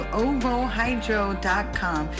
ovohydro.com